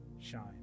shine